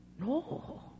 no